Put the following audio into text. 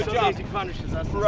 he punishes us,